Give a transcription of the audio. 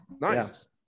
Nice